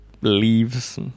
leaves